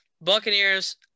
Buccaneers